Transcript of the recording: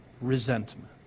resentment